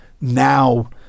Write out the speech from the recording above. now